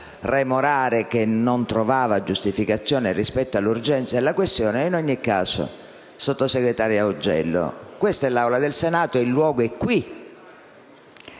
remorare che non trovava giustificazione, rispetto all'urgenza e alla questione. In ogni caso, sottosegretario Augello, questa è l'Aula del Senato, il luogo è qui,